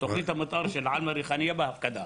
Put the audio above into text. תכנית המתאר של עלמה וריחאניה בהפקדה.